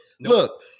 look